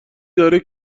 داره